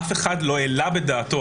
אף אחד לא העלה בדעתו,